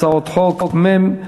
הצעת חוק מ/656.